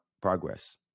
progress